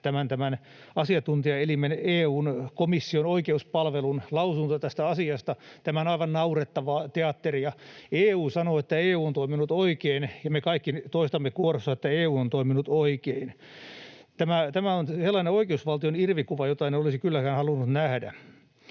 tämän asiantuntijaelimen, EU:n komission oikeuspalvelun, lausuntoa tästä asiasta — tämä on aivan naurettavaa teatteria. EU sanoo, että EU on toiminut oikein, ja me kaikki toistamme kuorossa, että EU on toiminut oikein. Tämä on sellainen oikeusvaltion irvikuva, jota en olisi kylläkään halunnut nähdä.